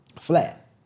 flat